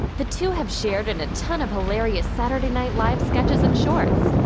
the two have shared in a ton of hilarious saturday night live sketches and shorts.